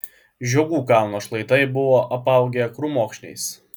žiogų kalno šlaitai buvo apaugę krūmokšniais